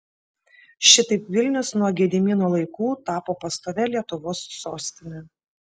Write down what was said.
šitaip vilnius nuo gedimino laikų tapo pastovia lietuvos sostine